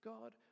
God